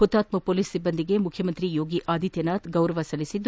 ಹುತಾತ್ನ ಪೊಲೀಸ್ ಸಿಬ್ಲಂದಿಗೆ ಮುಖ್ಯಮಂತ್ರಿ ಯೋಗಿ ಆದಿತ್ಲನಾಥ್ ಅವರು ಗೌರವ ಸಲ್ಲಿಸಿದ್ಲು